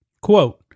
Quote